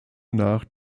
nach